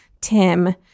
Tim